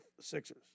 Sixers